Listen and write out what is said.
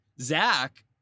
Zach